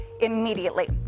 immediately